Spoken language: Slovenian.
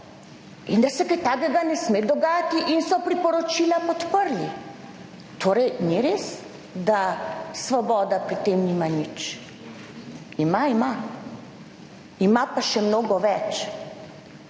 in da se kaj takega ne sme dogajati, in so priporočila podprli. Torej ni res, da Svoboda pri tem nima nič - ima, ima. Ima pa še mnogo več